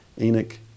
Enoch